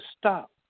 stop